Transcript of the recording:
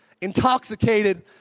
intoxicated